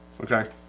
okay